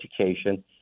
education